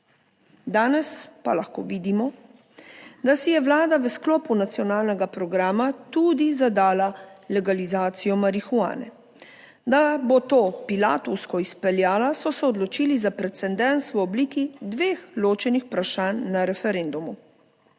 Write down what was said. Danes pa lahko vidimo, da si je vlada v sklopu nacionalnega programa tudi zadala legalizacijo 90. TRAK: (TB) - 17.15 (nadaljevanje) marihuane. Da bo to pilatovsko izpeljala, so se odločili za precedens v obliki dveh ločenih vprašanj na referendumu.